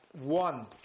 one